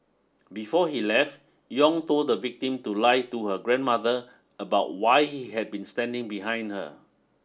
before he left Yong told the victim to lie to her grandmother about why he had been standing behind her